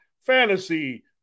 Fantasy